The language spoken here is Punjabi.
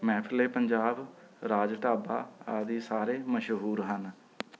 ਮਹਿਫਲ ਏ ਪੰਜਾਬ ਰਾਜ ਢਾਬਾ ਆਦਿ ਸਾਰੇ ਮਸ਼ਹੂਰ ਹਨ